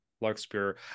Larkspur